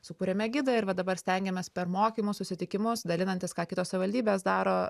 sukurėme gidą ir va dabar stengiamės per mokymus susitikimus dalinantis ką kitos savivaldybės daro